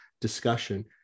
discussion